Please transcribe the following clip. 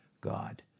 God